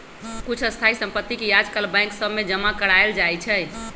कुछ स्थाइ सम्पति के याजकाल बैंक सभ में जमा करायल जाइ छइ